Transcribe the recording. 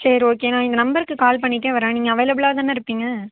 சரி ஓகே நான் இந்த நம்பருக்கு கால் பண்ணிவிட்டே வரேன் நீங்கள் அவைளப்புலாக தானே இருப்பீங்க